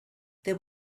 there